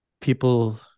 people